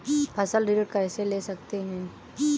फसल ऋण कैसे ले सकते हैं?